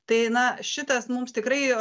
tai na šitas mums tikrai